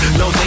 no